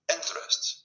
Interests